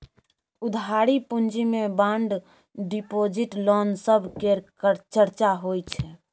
उधारी पूँजी मे बांड डिपॉजिट, लोन सब केर चर्चा होइ छै